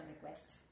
request